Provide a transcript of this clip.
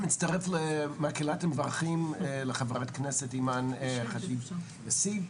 מצטרף למקהלת המברכים לחברת הכנסת אימאן ח'טיב יאסין,